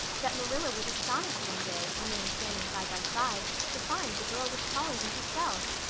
that marilla was astonished one day, when they were standing side by side, to find the girl was taller than herself.